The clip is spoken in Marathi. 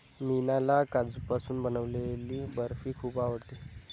मीनाला काजूपासून बनवलेली बर्फी खूप आवडते